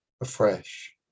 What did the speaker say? afresh